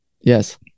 Yes